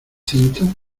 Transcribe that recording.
cintas